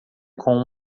com